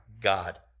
God